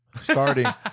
starting